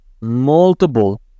multiple